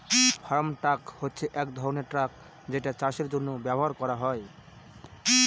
farm truck হচ্ছে এক ধরনের ট্র্যাক যেটা চাষের জন্য ব্যবহার করা হয়